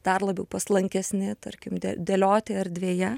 dar labiau paslankesni tarkim dėlioti erdvėje